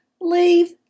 leave